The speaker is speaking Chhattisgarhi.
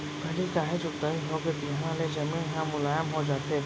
पहिली काहे जोताई होगे तिहाँ ले जमीन ह मुलायम हो जाथे